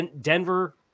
Denver